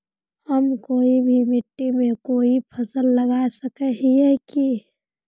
हम कोई भी मिट्टी में कोई फसल लगा सके हिये की?